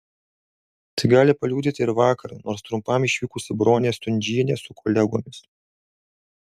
tai gali paliudyti ir vakar nors trumpam išvykusi bronė stundžienė su kolegomis